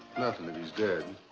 nothing, if he's dead.